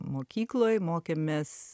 mokykloj mokėmės